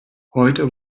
heute